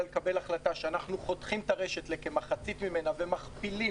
אלא לקבל החלטה שאנחנו חותכים את הרשת לכמחצית ממנה ומכפילים,